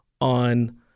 on